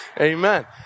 Amen